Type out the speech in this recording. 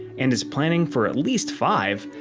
and is planning for at least five,